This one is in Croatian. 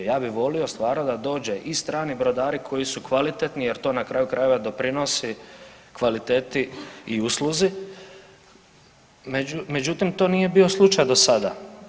Ja bih volio stvarno da dođe i strani brodari koji su kvalitetni jer to na kraju krajeva doprinosi kvaliteti i usluzi, međutim to nije bio slučaj do sada.